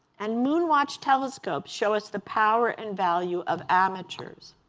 and moon watch telescopes show us the power and value of amateurs.